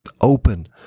open